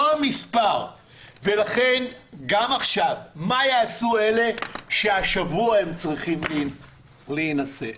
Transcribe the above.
גם עכשיו, מה יעשו אלה שהשבוע צריכים להינשא?